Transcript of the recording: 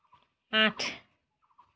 আঠ